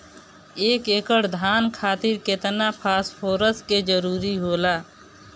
एक एकड़ धान खातीर केतना फास्फोरस के जरूरी होला?